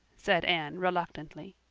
said anne reluctantly.